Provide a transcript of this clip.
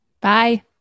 bye